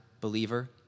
believer